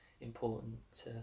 important